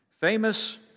Famous